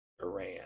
Iran